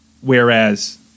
whereas